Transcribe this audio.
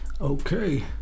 okay